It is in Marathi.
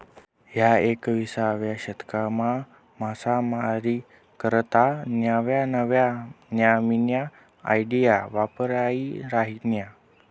ह्या एकविसावा शतकमा मासामारी करता नव्या नव्या न्यामीन्या आयडिया वापरायी राहिन्यात